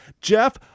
Jeff